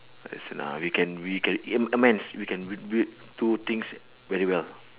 yes lah we can we can you know amends we can do do things very well